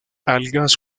algas